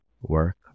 work